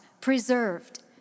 preserved